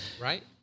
right